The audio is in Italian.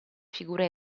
figura